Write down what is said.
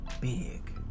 big